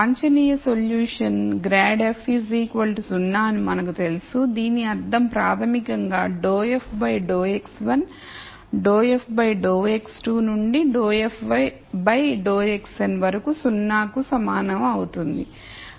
వాంఛనీయ solution grad f 0 అని మనకు తెలుసు దీని అర్థం ప్రాథమికంగా ∂f ∂x1 ∂f ∂x2 నుండి ∂f ∂xn వరకు 0 కు సమానం అవుతుంది